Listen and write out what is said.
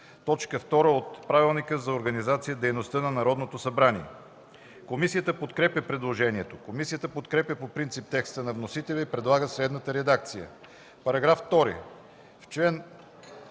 4, т. 2 от Правилника за организацията и дейността на Народното събрание. Комисията подкрепя предложението. Комисията подкрепя по принцип текста на вносителя и предлага следната редакция за § 2: